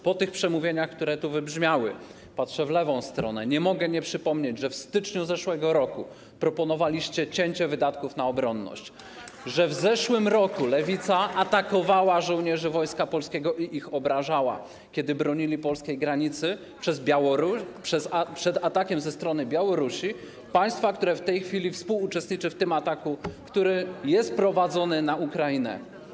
Po tych przemówieniach, które wybrzmiały, patrzę w lewą stronę, nie mogę nie przypomnieć, że w styczniu zeszłego roku proponowaliście cięcie wydatków na obronność, że w zeszłym roku Lewica atakowała żołnierzy Wojska Polskiego i ich obrażała, kiedy bronili polskiej granicy przed atakiem ze strony Białorusi, państwa, które w tej chwili współuczestniczy w tym ataku, który jest prowadzony, na Ukrainę.